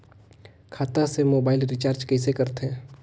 खाता से mobile recharge कइसे करथे